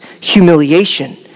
Humiliation